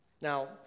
Now